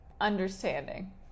understanding